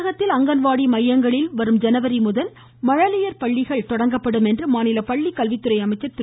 தமிழகத்தில் அங்கன்வாடி மையங்களில் வரும் ஜனவரி முதல் மழலையா பள்ளிகள் தொடங்கப்படும் என்று மாநில பள்ளிக்கல்வித்துறை அமைச்சர் திரு